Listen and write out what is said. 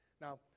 Now